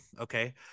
Okay